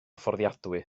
fforddiadwy